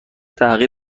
تغییر